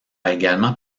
également